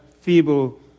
feeble